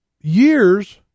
years